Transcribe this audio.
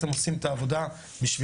בסוף אתם עושים את העבודה בשבילנו.